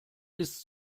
ist